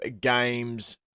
games